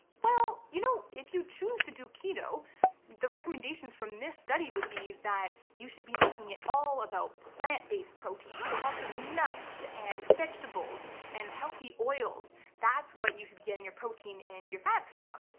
well, you know if you choose to do keto the recommendations from this study would be that you should be making it all about plant-based protein so lots of nuts and vegetables and healthy oils that's what you should be getting your protein and your fats from.